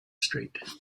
street